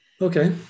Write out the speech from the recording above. Okay